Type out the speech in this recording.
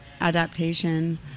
adaptation